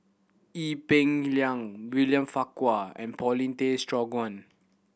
Ee Peng Liang William Farquhar and Paulin Tay Straughan